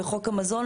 דקות.